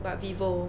but vivo